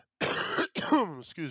Excuse